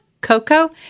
Coco